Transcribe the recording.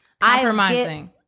compromising